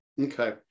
okay